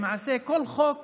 למעשה, כל חוק